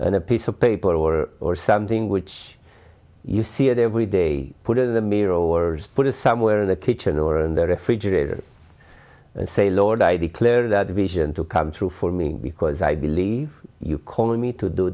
and a piece of paper or or something which you see it every day put it in the mirror or put it somewhere in the kitchen or in the refrigerator and say lord i declare that vision to come true for me because i believe you calling me to do